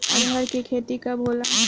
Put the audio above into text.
अरहर के खेती कब होला?